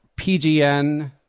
PGN